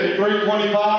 325